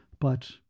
but